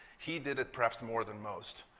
he did it perhaps more than most.